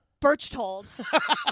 Birchtold